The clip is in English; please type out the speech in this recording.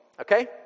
okay